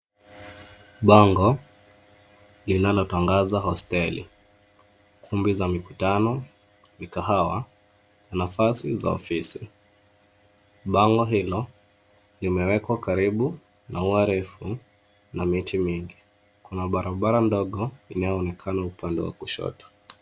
Bango linalotangaza hosteli, kumbi za mikutano, mikahawa na nafasi za ofisi. Bango hilo limewekwa karibu na ua refu na miti mingi. Kuna barabara ndogo inayoonekana upande wa kushoto.